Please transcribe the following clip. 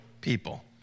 people